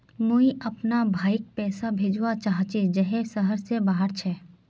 मुई अपना भाईक पैसा भेजवा चहची जहें शहर से बहार छे